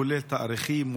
כולל תאריכים,